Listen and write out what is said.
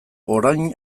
orain